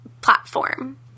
platform